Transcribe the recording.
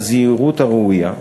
בזהירות הראויה.